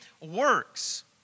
works